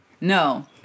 No